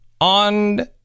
on